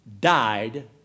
Died